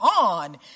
on